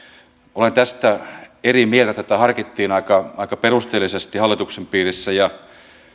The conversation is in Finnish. olen tästä eri mieltä tätä harkittiin aika aika perusteellisesti hallituksen piirissä ja